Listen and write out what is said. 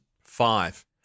Five